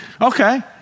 okay